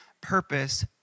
purpose